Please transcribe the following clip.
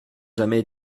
jamais